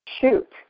Shoot